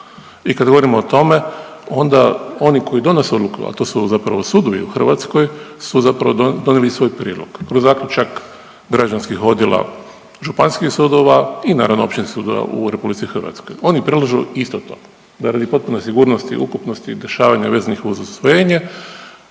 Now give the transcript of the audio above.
i kad govorimo o tome onda oni koji donose odluku, a to su zapravo sudovi u Hrvatskoj su zapravo donijeli svoj prijedlog kroz zaključak građanskih odjela županijskih sudova i naravno općinskih sudova u RH. Oni predlažu isto to, da radi potpune sigurnosti i ukupnosti dešavanja vezanih uz usvojenje